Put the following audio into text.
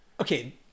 Okay